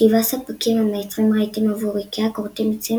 שבעה ספקים המייצרים רהיטים עבור איקאה כורתים עצים